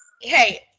Hey